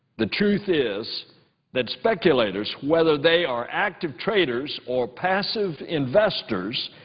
the truth is that speculators, whether they are active traders or passive investors,